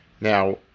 Now